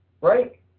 Right